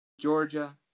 Georgia